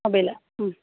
മൊബൈലാ മ്